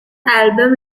album